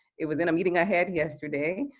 it was in meeting i had yesterday.